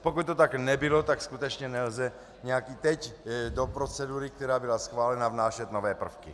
Pokud to tak nebylo, tak skutečně nelze teď do procedury, která byla schválena, vnášet nové prvky.